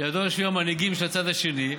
לידו יושבים המנהיגים של הצד השני,